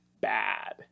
bad